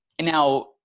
now